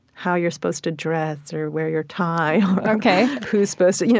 how you're supposed to dress or wear your tie or, ok, who's supposed to you know,